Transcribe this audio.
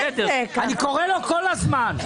אני קורא לו כל הזמן.